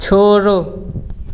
छोड़ो